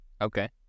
Okay